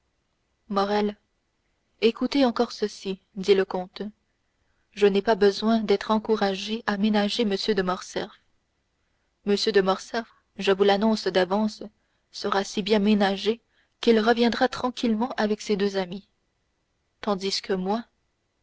morrel écoutez encore ceci dit le comte je n'ai pas besoin d'être encouragé à ménager m de morcerf m de morcerf je vous l'annonce d'avance sera si bien ménagé qu'il reviendra tranquillement avec ses deux amis tandis que moi